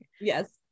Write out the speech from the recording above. yes